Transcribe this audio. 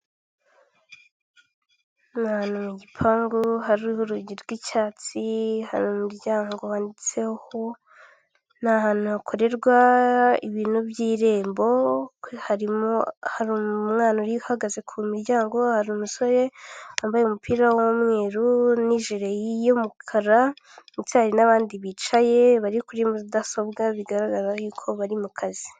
Ahantu mu gipangu hari urugi rw'icyatsi hari umuryango wanditseho, ni ahantu hakorerwa ibintu by'irembo harimo umwana uhahagaze ku miryango, hari umusore wambaye umupira w'umweru ni jiri y'umukara n'abandi bicaye bari kuri mudasobwa bigaragaraho ko bari mu kazi.